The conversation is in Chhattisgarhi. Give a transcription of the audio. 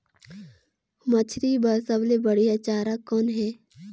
मछरी बर सबले बढ़िया चारा कौन हे?